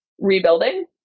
rebuilding